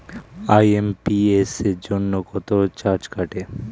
IMPS জন্য কত charge কাটে?